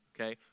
okay